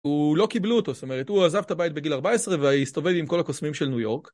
הוא לא קיבלו אותו, זאת אומרת, הוא עזב את הבית בגיל 14 והסתובב עם כל הקוסמים של ניו יורק.